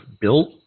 built